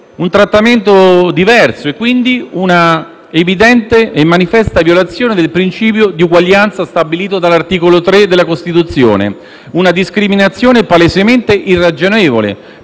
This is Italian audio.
un trattamento diverso e quindi una evidente e manifesta violazione del principio di uguaglianza stabilito dall'articolo 3 della Costituzione, una discriminazione palesemente irragionevole,